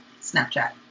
snapchat